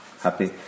happy